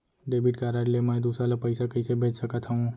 Debit card ले मैं दूसर ला पइसा कइसे भेज सकत हओं?